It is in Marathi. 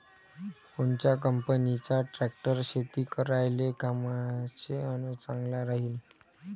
कोनच्या कंपनीचा ट्रॅक्टर शेती करायले कामाचे अन चांगला राहीनं?